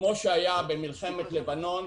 כמו שהיה במלחמת לבנון